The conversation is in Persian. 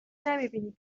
نمیبینی